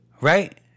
Right